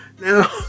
Now